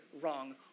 wrong